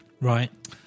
Right